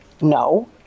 No